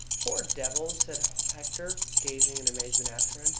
poor devil! said hector, gazing in amazement after him.